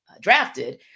drafted